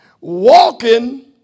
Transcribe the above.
Walking